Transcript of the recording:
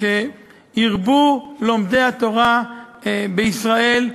שירבו לומדי התורה בישראל.